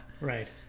right